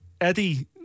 Eddie